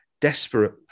desperate